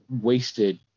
wasted